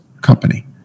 Company